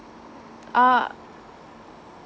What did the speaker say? ah